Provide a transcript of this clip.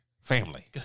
family